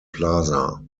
plaza